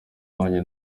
babanye